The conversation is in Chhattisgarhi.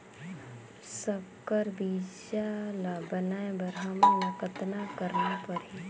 संकर बीजा ल बनाय बर हमन ल कतना करना परही?